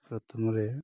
ପ୍ରଥମରେ